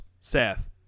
Seth